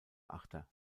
achter